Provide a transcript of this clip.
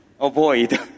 avoid